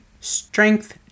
strength